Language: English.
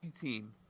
team